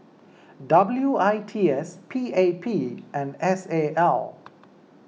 W I T S P A P and S A L